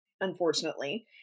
unfortunately